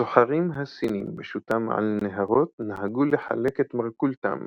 הסוחרים הסינים בשוטם על נהרות נהגו לחלק את מרכולתם